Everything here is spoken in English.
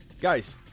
Guys